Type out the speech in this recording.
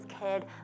kid